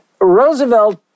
Roosevelt